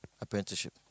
apprenticeship